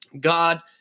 God